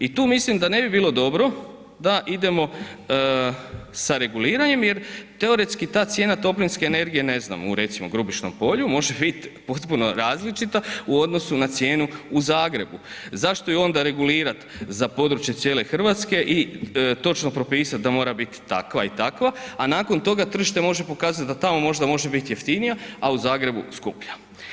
I tu mislim da ne bi bilo dobro da idemo sa reguliranjem jer teoretski ta cijena toplinske energije, ne znam u recimo Grubišnom polju može biti potpuno različita u odnosu na cijenu u Zagrebu, zašto je onda regulirati za područje cijele Hrvatske i točno propisati da mora biti takva i takva a nakon toga tržište može pokazati da tamo možda može biti jeftinija a u Zagrebu skuplja.